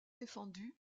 défendu